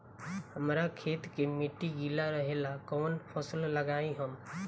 हमरा खेत के मिट्टी गीला रहेला कवन फसल लगाई हम?